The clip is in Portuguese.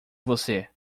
você